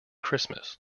christmas